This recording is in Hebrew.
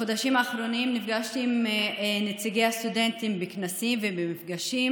בחודשים האחרונים נפגשתי עם נציגי הסטודנטים בכנסים ובמפגשים